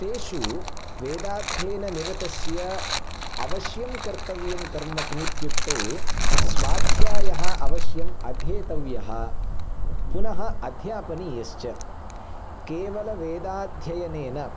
तेषु वेदाध्ययननिरतस्य अवश्यं कर्तव्यं कर्म किमित्युक्तो स्वाध्यायः अवश्यम् अध्येतव्यः पुनः अध्यापनीयश्च केवल वेदाध्ययनेन